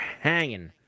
hanging